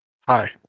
Hi